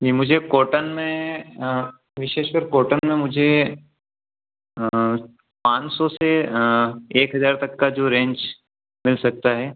जी मुझे कॉटन में विशेषकर कॉटन में मुझे पाँच सौ से एक हज़ार तक का जो रेंज मिल सकता है